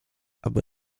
aby